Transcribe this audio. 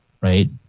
right